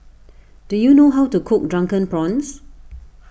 do you know how to cook Drunken Prawns